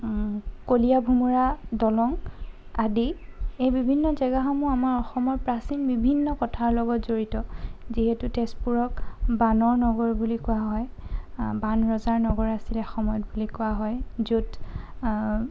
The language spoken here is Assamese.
কলীয়া ভোমোৰা দলং আদি এই বিভিন্ন জেগাসমূহ আমাৰ অসমৰ প্ৰাচীন বিভিন্ন কথাৰ লগত জড়িত যিহেতু তেজপুৰক বাণৰ নগৰ বুলি কোৱা হয় বাণ ৰজাৰ নগৰ আছিলে এসময়ত বুলি কোৱা হয় য'ত